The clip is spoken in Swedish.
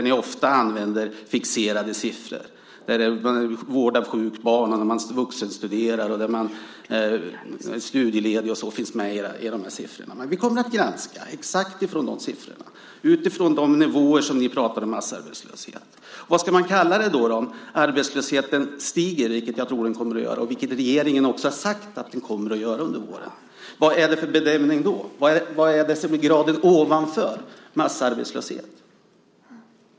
Ni använder ofta fixerade siffror, där vård av sjukt barn, vuxenstuderande och studieledighet finns med. Vi kommer att granska de siffrorna utifrån de nivåer på massarbetslöshet som ni pratar om. Vad ska man kalla det om arbetslösheten stiger, vilket jag tror att den kommer att göra? Det har regeringen också sagt att den kommer att göra under våren. Vad är det för benämning då? Vad är graden ovanför massarbetslöshet?